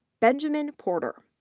benjamin porter.